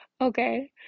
Okay